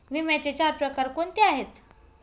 विम्याचे चार प्रकार कोणते आहेत?